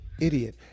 idiot